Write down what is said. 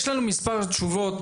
יש לנו מספר תשובות,